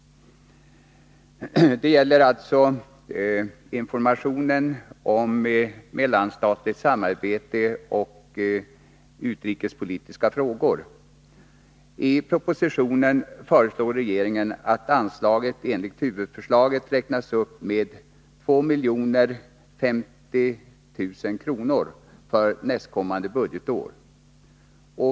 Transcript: Det gäller alltså informationen om mellanstatligt samarbete och utrikespolitiska frågor. I propositionen föreslår regeringen att anslaget enligt huvudförslaget räknas upp med 2 050 000 kr. för nästkommande budgetår.